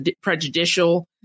prejudicial